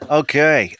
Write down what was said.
okay